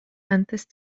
antes